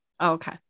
Okay